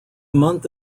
month